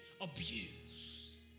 abuse